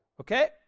Okay